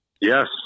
yes